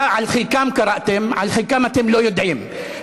על חלקם קראתם, על חלקם אתם לא יודעים.